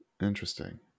Interesting